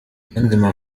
niyonzima